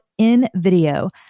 InVideo